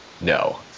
No